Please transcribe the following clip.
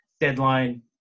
deadline